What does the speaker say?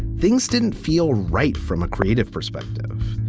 things didn't feel right from a creative perspective.